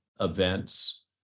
events